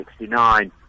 1969